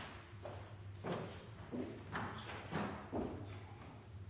takk